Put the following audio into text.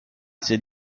ces